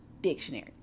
dictionary